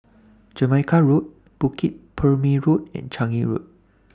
Jamaica Road Bukit Purmei Road and Changi Road